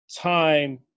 time